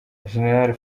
gen